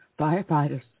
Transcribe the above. firefighters